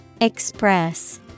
Express